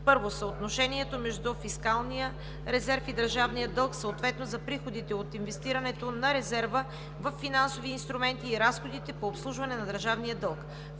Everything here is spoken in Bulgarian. на: 1. Съотношението между фискалния резерв и държавния дълг, съответно за приходите от инвестирането на резерва във финансови инструменти и разходите по обслужване на държавния дълг.